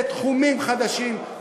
לתחומים חדשים,